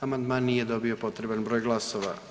Amandman nije dobio potreban broj glasova.